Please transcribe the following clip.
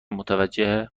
متوجه